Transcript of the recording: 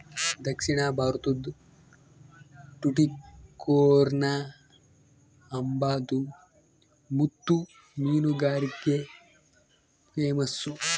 ದಕ್ಷಿಣ ಭಾರತುದ್ ಟುಟಿಕೋರ್ನ್ ಅಂಬಾದು ಮುತ್ತು ಮೀನುಗಾರಿಕ್ಗೆ ಪೇಮಸ್ಸು